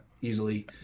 easily